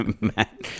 Matt